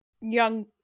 young